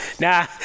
Nah